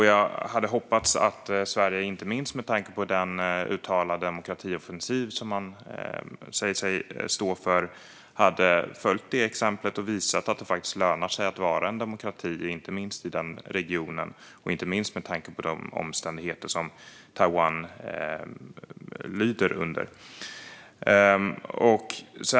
Jag hade hoppats att Sverige, inte minst med tanke på den demokratioffensiv som man säger sig stå för, skulle följa detta exempel och visa att det faktiskt lönar sig att vara en demokrati, inte minst i den regionen och med tanke på de omständigheter som Taiwan lyder under.